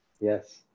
Yes